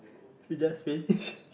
she just finish